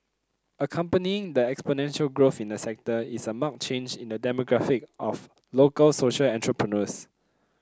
accompanying the exponential growth in the sector is a marked change in the demographic of local social entrepreneurs